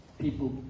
people